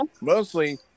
mostly